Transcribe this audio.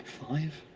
five?